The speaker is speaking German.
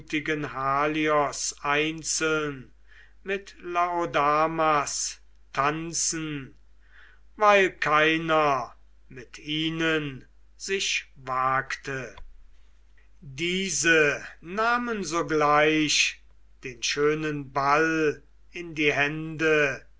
einzeln mit laodamas tanzen weil keiner mit ihnen sich wagte diese nahmen sogleich den schönen ball in die hände